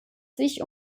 sich